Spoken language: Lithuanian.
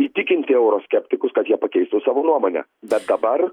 įtikinti euroskeptikus kad jie pakeistų savo nuomonę bet dabar